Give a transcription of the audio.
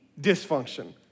dysfunction